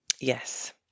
Yes